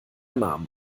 namen